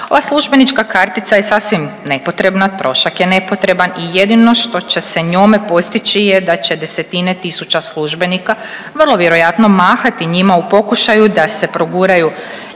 Ova službenička kartica je sasvim nepotrebna, trošak je nepotreban i jedino što će se njome postići je da će desetine tisuća službenika vrlo vjerojatno mahati njima u pokušaju da se proguraju